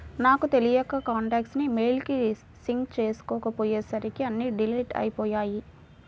నాకు తెలియక కాంటాక్ట్స్ ని మెయిల్ కి సింక్ చేసుకోపొయ్యేసరికి అన్నీ డిలీట్ అయ్యిపొయ్యాయి